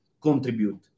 contribute